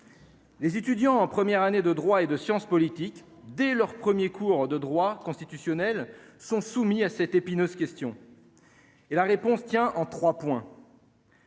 Les étudiants en première année de droit et de sciences politiques dès leur 1er cours de droit constitutionnel, sont soumis à cette épineuse question et la réponse tient en 3 points.